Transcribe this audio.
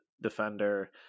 defender